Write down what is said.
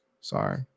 Sorry